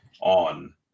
on